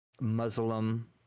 Muslim